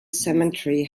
cemetery